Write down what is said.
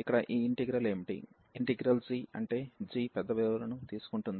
ఇక్కడ ఈ ఇంటిగ్రల్ ఏమిటి ఇంటిగ్రల్ g అంటే g పెద్ద విలువలను తీసుకుంటుంది